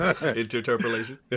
Interpolation